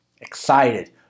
excited